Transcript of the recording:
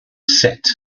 set